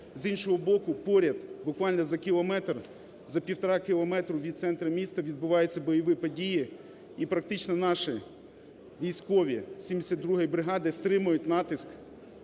З іншого боку поряд, буквально, за кілометр, за півтора кілометри від центру міста відбуваються бойові події, і, практично, наші військові 72 бригади стримують натиск